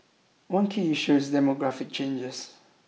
one key issue is demographic changes